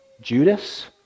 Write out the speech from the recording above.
Judas